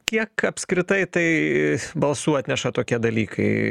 kiek apskritai tai balsų atneša tokie dalykai